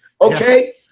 Okay